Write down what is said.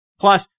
Plus